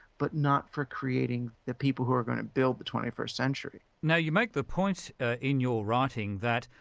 but not for creating the people who are going to build the twenty first century. now you make the point in your writing that,